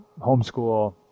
homeschool